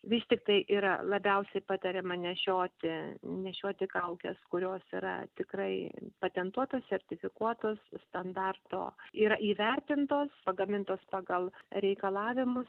vis tiktai yra labiausiai patariama nešioti nešioti kaukes kurios yra tikrai patentuotos sertifikuotos standarto yra įvertintos pagamintos pagal reikalavimus